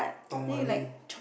money